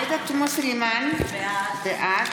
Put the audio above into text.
עאידה תומא סלימאן, בעד